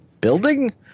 Building